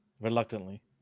Reluctantly